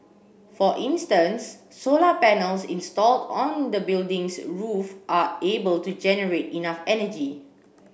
for instance solar panels installed on the building's roof are able to generate enough energy